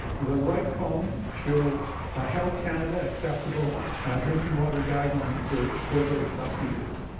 the right column shows ah health canada acceptable drinking water guidelines for for those substances.